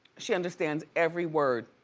she understands every word.